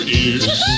ears